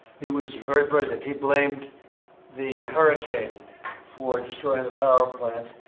he was very brilliant. he blamed the hurricane for destroying the power plant,